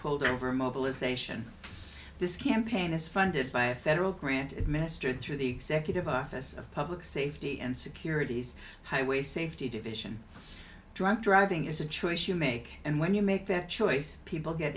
pulled over mobilization this campaign is funded by a federal grant administered through the executive office of public safety and security s highway safety division drunk driving is a choice you make and when you make that choice people get